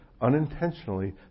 unintentionally